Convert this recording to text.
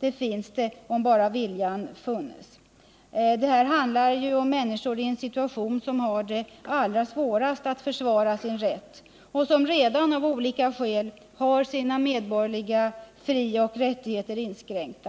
Det finns möjligheter härtill, om bara viljan att åstadkomma något sådant föreligger. Det handlar här om de människor som genom sin situation har det allra svårast att försvara sin rätt och som redan, av olika skäl, har sina medborgerliga frioch rättigheter inskränkta.